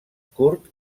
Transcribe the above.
curt